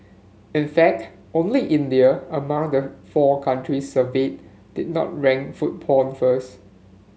in fact only India among the four countries surveyed did not rank food porn first